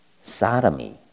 sodomy